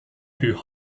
who